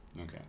Okay